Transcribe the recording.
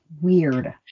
weird